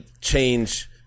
change